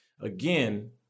again